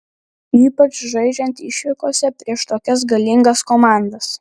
ypač žaidžiant išvykose prieš tokias galingas komandas